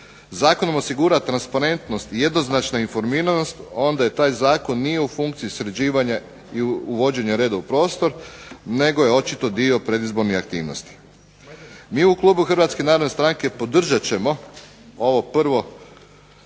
zakonom osigura transparentnost i jednoznačna informiranost onda taj zakon nije u funkciji sređivanja i uvođenja reda u prostor nego je očito dio predizbornih aktivnosti. Mi u klubu HNS-HSU-a podržat ćemo ovo prvo